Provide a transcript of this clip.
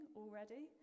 already